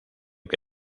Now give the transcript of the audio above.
que